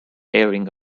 airing